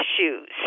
Issues